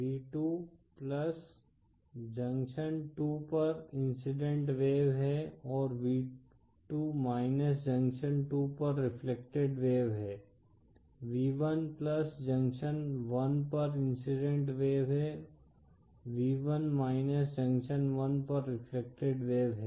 V2 junction 2 पर incident wave है और v2 जंक्शन 2 पर रेफ्लेक्टेड वेव है V1 जंक्शन 1 पर इंसिडेंट वेव है v1 जंक्शन 1 पर रेफ्लेक्टेड वेव है